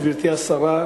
גברתי השרה,